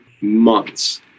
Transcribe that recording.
months